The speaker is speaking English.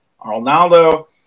arnaldo